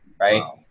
Right